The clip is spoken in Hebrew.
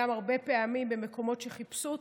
גם הרבה פעמים במקומות שחיפשו אותך,